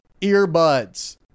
earbuds